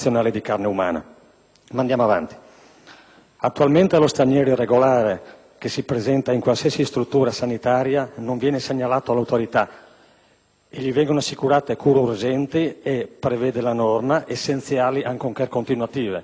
Attualmente lo straniero irregolare che si presenta in qualsiasi struttura sanitaria non viene segnalato all'autorità, gli vengono assicurate cure urgenti e - prevede la norma - «essenziali ancorché continuative», cioè ha diritto a qualsiasi cura sanitaria.